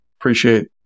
appreciate